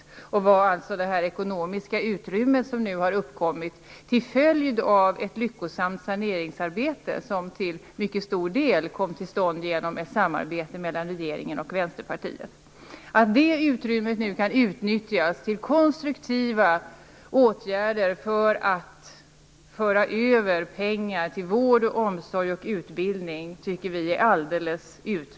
Vi tycker att det är alldeles utmärkt att det ekonomiska utrymme som nu har uppkommit till följd av ett lyckosamt saneringsarbete, som till mycket stor del kom till stånd genom ett samarbete mellan regeringen och Vänsterpartiet, kan utnyttjas till konstruktiva åtgärder för att föra över pengar till vård, omsorg och utbildning.